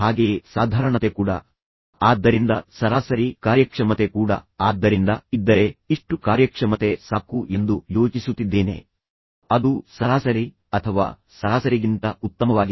ಹಾಗೆಯೇ ಸಾಧಾರಣಣತೆ ಕೂಡ ಆದ್ದರಿಂದ ಸರಾಸರಿ ಕಾರ್ಯಕ್ಷಮತೆ ಕೂಡ ಆದ್ದರಿಂದ ಇದ್ದರೆ ಇಷ್ಟು ಕಾರ್ಯಕ್ಷಮತೆ ಸಾಕು ಎಂದು ಯೋಚಿಸುತ್ತಿದ್ದೇನೆ ಅದು ಸರಾಸರಿ ಅಥವಾ ಸರಾಸರಿಗಿಂತ ಉತ್ತಮವಾಗಿದೆ